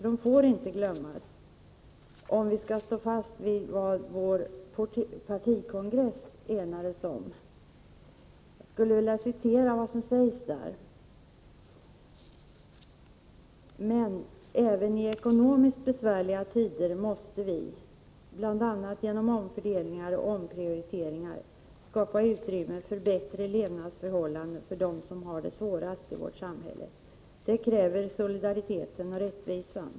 De får inte glömmas om vi skall stå fast vid vad vår partikongress enades om: ”Men även i ekonomiskt besvärliga tider måste vi — bl.a. genom omfördelningar och omprioriteringar — skapa utrymme för bättre levnadsförhållanden för dem som har det svårast i vårt samhälle. Det kräver solidariteten och rättvisan.